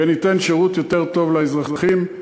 וניתן שירות יותר טוב לאזרחים.